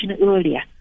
earlier